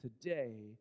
today